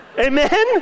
Amen